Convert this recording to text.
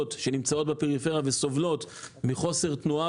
שנמצאות בפריפריה וסובלות מחוסר תנועה